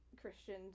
Christian